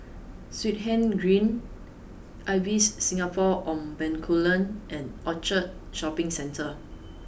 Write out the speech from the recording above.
Swettenham Green Ibis Singapore on Bencoolen and Orchard Shopping Centre